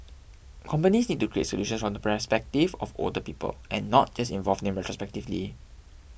companies need to create solutions from the perspective of older people and not just involve them retrospectively